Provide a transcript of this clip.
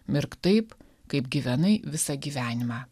mirk taip kaip gyvenai visą gyvenimą